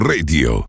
Radio